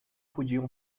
podiam